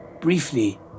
briefly